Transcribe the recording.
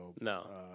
No